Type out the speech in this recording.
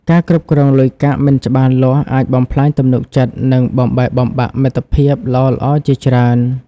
ការគ្រប់គ្រងលុយកាក់មិនច្បាស់លាស់អាចបំផ្លាញទំនុកចិត្ត និងបំបែកបំបាក់មិត្តភាពល្អៗជាច្រើន ។